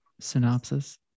synopsis